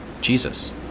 Jesus